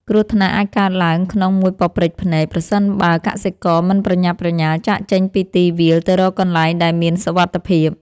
គ្រោះថ្នាក់អាចកើតឡើងក្នុងមួយប៉ព្រិចភ្នែកប្រសិនបើកសិករមិនប្រញាប់ប្រញាល់ចាកចេញពីទីវាលទៅរកកន្លែងដែលមានសុវត្ថិភាព។